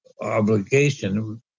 obligation